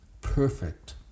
perfect